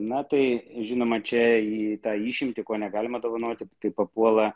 na tai žinoma čia į tą išimtį ko negalima dovanoti kaip papuola